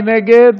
מי נגד?